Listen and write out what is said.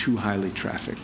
too highly traffic